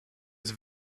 his